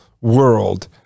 world